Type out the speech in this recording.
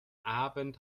abend